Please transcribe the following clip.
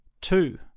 Two